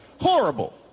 horrible